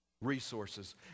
resources